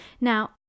Now